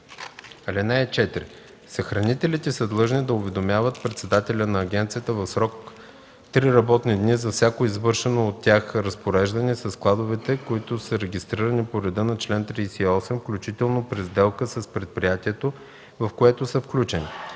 запис. (4) Съхранителите са длъжни да уведомяват председателя на агенцията в срок три работни дни за всяко извършено от тях разпореждане със складовете, които са регистрирани по реда на чл. 38, включително при сделка с предприятието, в което са включени.